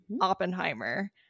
Oppenheimer